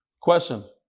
Question